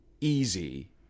easy